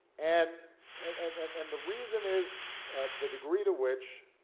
and and and and the reason is the degree to which